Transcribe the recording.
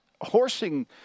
horsing